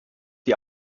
die